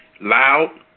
loud